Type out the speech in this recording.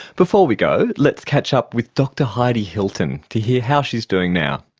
before we go, let's catch up with dr heidi hilton to hear how she is doing now.